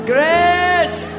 Grace